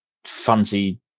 Fancy